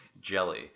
jelly